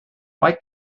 why